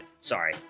Sorry